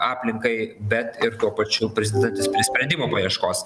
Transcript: aplinkai bet ir tuo pačiu prisidedantis prie sprendimų paieškos